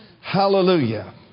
Hallelujah